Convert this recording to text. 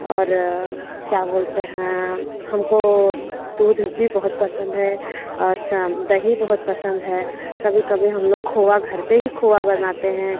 और क्या बोलते हैं हमको दूध भी बहुत पसंद है और दही बहुत पसंद है कभी कभी हम लोग खोया घर पर ही खोया बनाते हैं